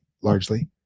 largely